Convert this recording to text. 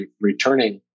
returning